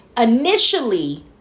Initially